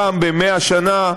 פעם במאה שנה,